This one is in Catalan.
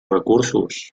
recursos